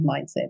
mindset